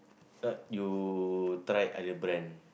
uh you try other brand